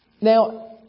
Now